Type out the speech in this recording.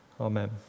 amen